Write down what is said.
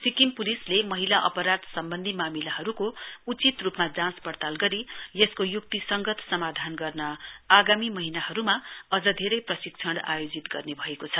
सिक्किम प्लिसले महिला अपराध सम्बन्धी मामिलाहरुको उचित रुपमा जाँचपड़ताल गरी यसको य्क्तिसंगत समाधान गर्न आगामी महिनाहरुमा अझ धेरै प्रशिक्षण आयोजित गर्ने भएको छ